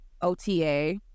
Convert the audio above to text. ota